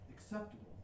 acceptable